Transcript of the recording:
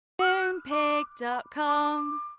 Moonpig.com